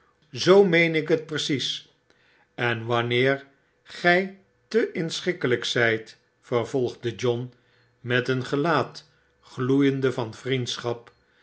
zoo meen ik het precies en wanneer gy te inschikkelyk zyt vervolgde john met een gelaat gloeiende van vnendschap